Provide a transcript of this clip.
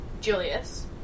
Julius